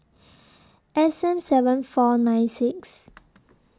S M seven four nine six